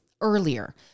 earlier